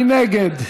מי נגד?